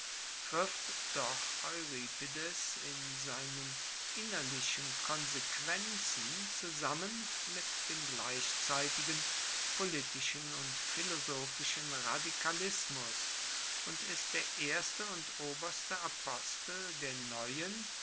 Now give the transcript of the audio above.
trifft doch euripides in seinen innerlichen konsequenzen zusammen mit dem gleichzeitigen politischen und philosophischen radikalismus und ist der erste und oberste apostel der neuen